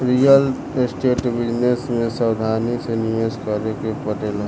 real state business में सावधानी से निवेश करे के पड़ेला